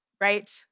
Right